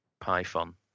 python